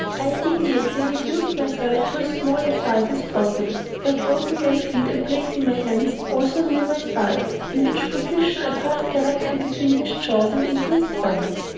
i immediately reduced myself to as small a size as possible, by closing my feet and placing my hands also near my sides, in which position i passed directly between his jaws, and into his stomach,